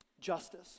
Justice